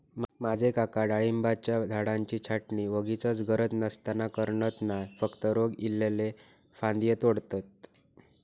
माझे काका डाळिंबाच्या झाडाची छाटणी वोगीचच गरज नसताना करणत नाय, फक्त रोग इल्लले फांदये तोडतत